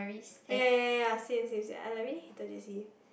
ah ya ya ya ya ya same same same I like really hated J_C